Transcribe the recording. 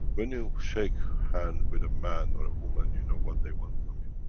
when you shake, hand with a man or a woman, you know what they want from you.